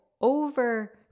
over